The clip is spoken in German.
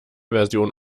version